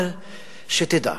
אבל שתדע,